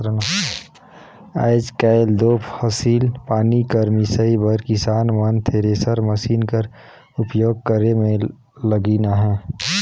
आएज काएल दो फसिल पानी कर मिसई बर किसान मन थेरेसर मसीन कर उपियोग करे मे लगिन अहे